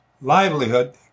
livelihood